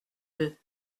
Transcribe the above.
deux